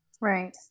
Right